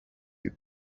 you